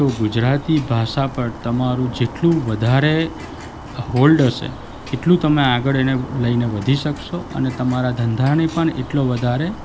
તો ગુજરાતી ભાષા પર તમારું જેટલું વધારે હોલ્ડ હશે એટલું તમે આગળ એને લઈને વધી શકશો અને તમારા ધંધાને પણ એટલો વધારે